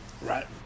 right